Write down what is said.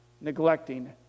neglecting